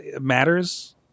matters